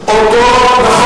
נכון.